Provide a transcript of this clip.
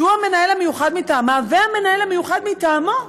שהוא המנהל המיוחד מטעמה והמנהל המיוחד מטעמנו,